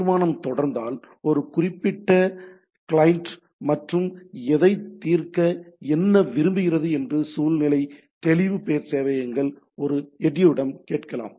தீர்மானம் தொடர்ந்தால் ஒரு குறிப்பிட்ட கிளையன்ட் மற்றும் எதை தீர்க்க என்ன விரும்புகிறது என்று சுழல்நிலை தெளிவு பெயர் சேவையகங்கள் ஒரு எட்யூவிடம் கேட்கலாம்